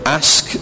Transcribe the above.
ask